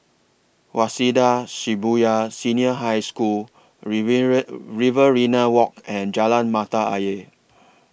Waseda Shibuya Senior High School Riverina Walk and Jalan Mata Ayer